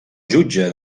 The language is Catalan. jutge